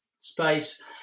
space